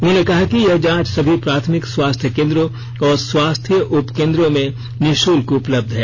उन्होंने कहा कि यह जांच सभी प्राथमिक स्वास्थ्य केन्द्रों और स्वास्थ्य उपकेन्द्रों में निःपुल्क उपलब्ध है